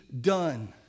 done